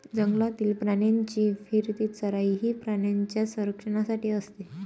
जंगलातील प्राण्यांची फिरती चराई ही प्राण्यांच्या संरक्षणासाठी असते